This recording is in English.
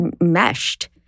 meshed